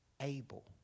able